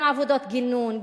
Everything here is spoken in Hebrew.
גם עבודות גינון,